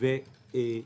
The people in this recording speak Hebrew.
לבין הון.